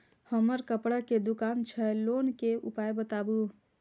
हमर कपड़ा के दुकान छै लोन के उपाय बताबू?